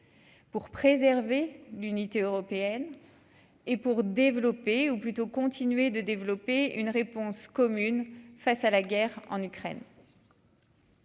pour préserver l'unité européenne et pour développer ou plutôt continuer de développer une réponse commune face à la guerre en Ukraine.